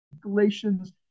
Galatians